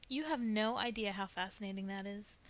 you have no idea how fascinating that is.